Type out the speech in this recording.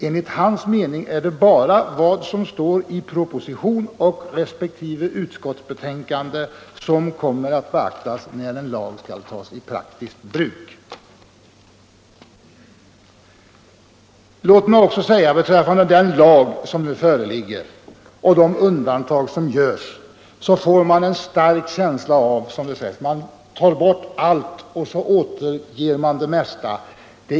Enligt hans mening är det bara vad som står i proposition och resp. utskottsbetänkande som kommer att beaktas när en lag skall tas i praktiskt bruk. Låt mig också säga beträffande det lagförslag som föreligger och de undantag som aviseras att det hela ger en stark känsla av att man tar bort allt för att sedan ge det mesta åter.